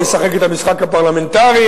ישחק את המשחק הפרלמנטרי.